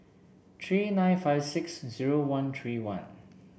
three nine five six zero one three one